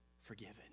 forgiven